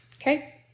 Okay